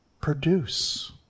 produce